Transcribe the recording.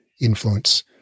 influence